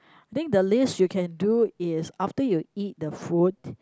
think the least you can do is after you eat the food